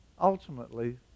Ultimately